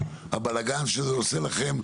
הבאלגן שזה עושה לכם,